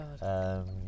god